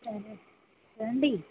రండి